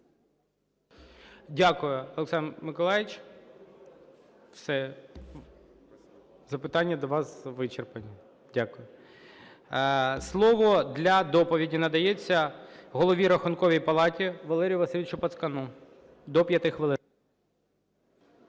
Дякую, Олександр Миколайович. Все, запитання до ас вичерпані. Дякую. Слово для доповіді надається Голові Рахункової палати Валерію Васильовичу Пацкану – до 5 хвилин.